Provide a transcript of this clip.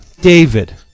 David